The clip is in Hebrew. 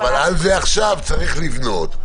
אבל על זה עכשיו צריך לבנות,